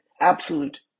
absolute